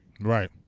Right